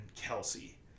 Kelsey